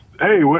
hey